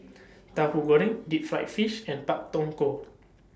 Tahu Goreng Deep Fried Fish and Pak Thong Ko